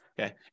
okay